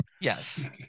yes